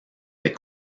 des